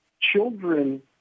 children